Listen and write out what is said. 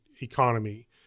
economy